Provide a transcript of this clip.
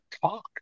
talk